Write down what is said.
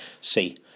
see